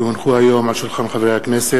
כי הונחו היום על שולחן הכנסת,